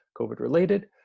COVID-related